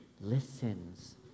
listens